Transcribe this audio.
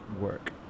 work